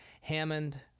Hammond